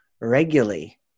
regularly